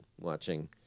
watching